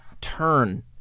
turn